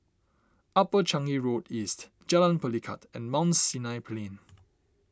Upper Changi Road East Jalan Pelikat and Mount Sinai Plain